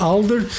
Alder